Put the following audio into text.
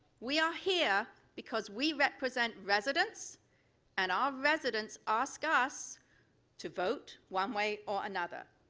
we are here because we represent residents and our residents ask us to vote one way or another.